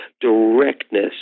directness